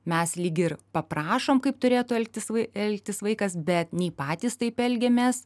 mes lyg ir paprašom kaip turėtų elgtis vaik elgtis vaikas bet nei patys taip elgiamės